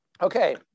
Okay